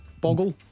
Boggle